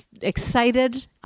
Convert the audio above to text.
excited